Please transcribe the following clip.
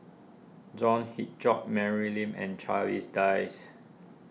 John Hitchcock Mary Lim and Charles Dyce